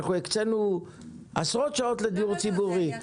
אנחנו הקצנו עשרות שעות לדיור ציבורי.